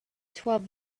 twelve